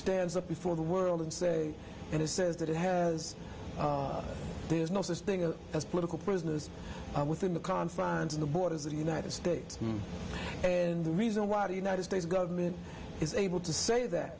stands up before the world and say and it says that it has there's no such thing as political prisoners within the confines of the borders of the united states and the reason why the united states government is able to say that